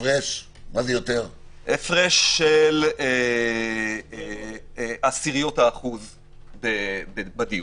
הפרש של עשיריות האחוז בדיוק.